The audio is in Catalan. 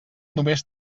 només